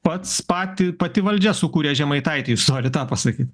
pats patį pati valdžia sukūrė žemaitaitį jūs norit tą pasakyt